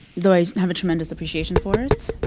though i have a tremendous appreciation for it.